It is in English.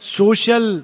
social